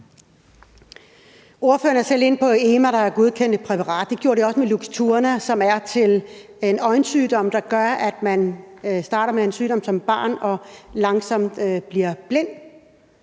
Ordføreren er selv inde på EMA, der har godkendt et præparat, og det gjorde de også med Luxturna, som er til en øjensygdom – en øjensygdom, man får som barn og langsomt bliver blind